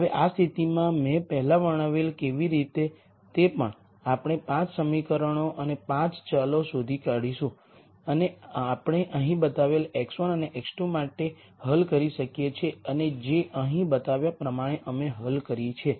હવે આ સ્થિતિમાં મેં પહેલા વર્ણવેલ કેવી રીતે તે પણ આપણે 5 સમીકરણો અને 5 ચલો શોધી શકશું અને આપણે અહીં બતાવેલ x1 અને x2 માટે હલ કરી શકીએ છીએ અને જે અહીં બતાવ્યા પ્રમાણે અમે હલ કરી છે